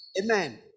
Amen